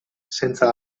senza